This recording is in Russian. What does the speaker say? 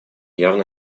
явно